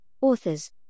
Authors